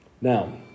Now